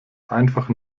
einfach